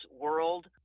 World